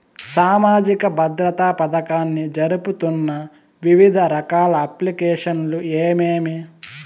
సామాజిక భద్రత పథకాన్ని జరుపుతున్న వివిధ రకాల అప్లికేషన్లు ఏమేమి?